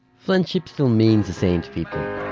friendship still means the same to people,